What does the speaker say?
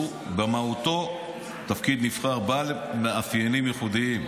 שהוא במהותו תפקיד נבחר בעל מאפיינים ייחודיים.